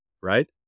right